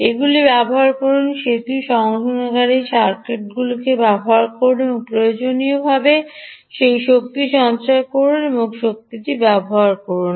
এগুলি ব্যবহার করুন সেতু সংশোধনকারী সার্কিটের মাধ্যমে রাখুন এবং প্রয়োজনীয়ভাবে সেই শক্তি সঞ্চয় করুন এবং এই শক্তিটি ব্যবহার করুন